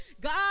God